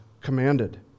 commanded